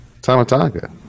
tamatanga